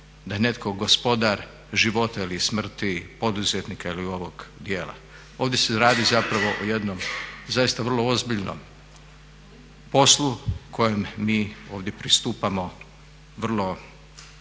da je netko gospodar života ili smrti, poduzetnika ili ovog djela. Ovdje se radi zapravo o jednom zaista vrlo ozbiljno poslu kojem mi ovdje pristupamo vrlo